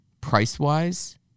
price-wise